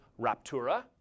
raptura